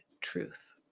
truth